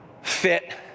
fit